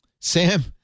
Sam